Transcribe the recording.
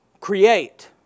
create